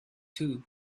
too